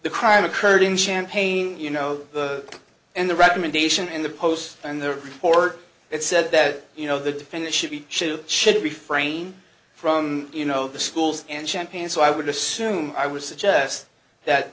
the crime occurred in champagne you know and the recommendation in the post and the report it said that you know the defendant should be sued should refrain from you know the schools and champagne so i would assume i would suggest that